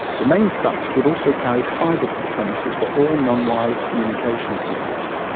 the mains ducts would also carry fibre to the premises for all non-wireless communications needs.